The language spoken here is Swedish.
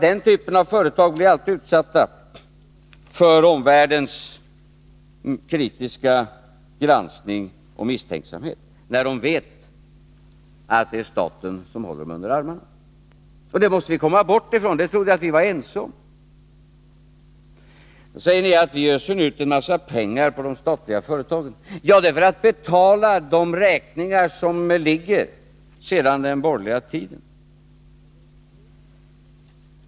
Den typen av företag blir alltid utsatta för omvärldens misstänksamhet och kritiska granskning, när man vet att det ärstaten som håller företagen under armarna. Det måste vi komma bort från, och det trodde jag att vi var ense om. Nu säger ni att vi öser ut en massa pengar på de statliga företagen. Det är för att betala de räkningar som ligger sedan den borgerliga tiden.